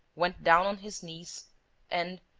went down on his knees and,